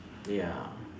ya